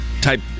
type